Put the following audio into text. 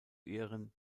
ehren